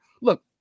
Look